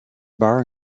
bar